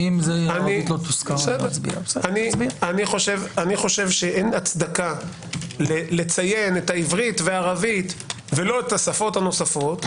אני חושב שאין הצדקה לציין את העברית וערבית ולא את השפות הנוספות.